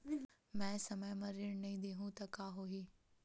मैं समय म ऋण नहीं देहु त का होही